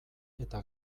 eta